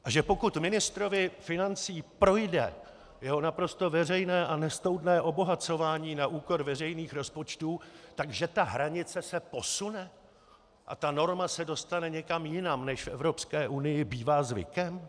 A že pokud ministrovi financí projde jeho naprosto veřejné a nestoudné obohacování na úkor veřejných rozpočtů, tak že ta hranice se posune a ta norma se dostane někam jinam, než v Evropské unii bývá zvykem?